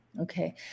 Okay